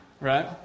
Right